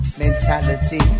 mentality